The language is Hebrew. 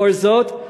לאור זאת,